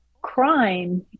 crime